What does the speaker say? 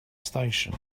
station